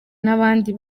n’abandi